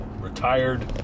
retired